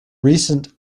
recent